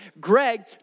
Greg